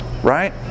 Right